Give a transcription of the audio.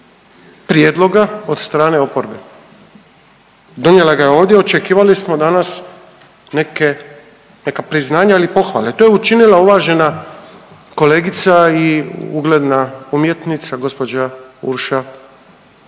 prijedloga od strane oporbe. Donijela ga je ovdje, očekivali smo danas neke, neka priznanja ili pohvale. To je učinila uvažena kolegica i ugledna umjetnica gospođa Urša Raukar